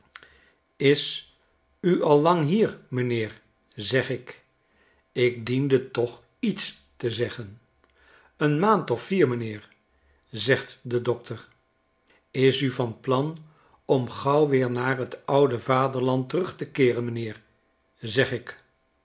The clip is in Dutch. is u al lang hier m'nheer zeg ik ik diende toch iets te zeggen een maand of vier m'nheer zegt de dokter is u van plan om gauw weer naar t oude vaderland terug te keeren m'nheer zeg ik